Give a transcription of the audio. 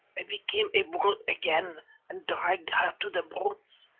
i became a brute again and dragged her to the brutes,